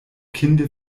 kinde